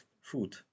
food